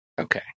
Okay